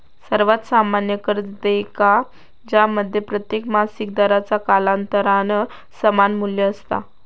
सर्वात सामान्य कर्ज देयका ज्यामध्ये प्रत्येक मासिक दराचा कालांतरान समान मू्ल्य असता